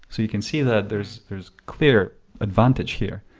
so you can see that there's there's clear advantage here.